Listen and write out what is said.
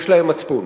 יש להם מצפון.